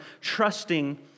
trusting